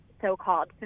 so-called